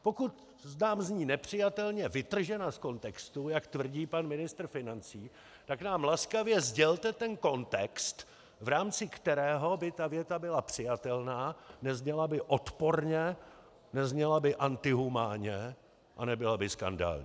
Pokud nám zní nepřijatelně vytržená z kontextu, jak tvrdí pan ministr financí, tak nám laskavě sdělte ten kontext, v rámci kterého by tato věta byla přijatelná, nezněla by odporně, nezněla by antihumánně a nebyla by skandální.